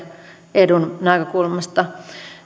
edun näkökulmasta